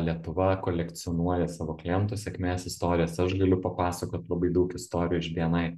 lietuva kolekcionuoja savo klientų sėkmės istorijas aš galiu papasakot labai daug istorijų iš bni